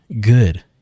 good